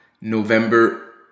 November